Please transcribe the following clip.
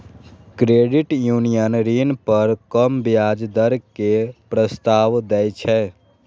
credit union ऋण पर कम ब्याज दर के प्रस्ताव दै छै